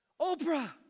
Oprah